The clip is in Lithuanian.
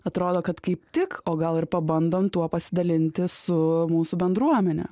atrodo kad kaip tik o gal ir pabandom tuo pasidalinti su mūsų bendruomene